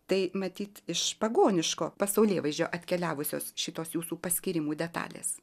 tai matyt iš pagoniško pasaulėvaizdžio atkeliavusios šitos jūsų paskyrimų detalės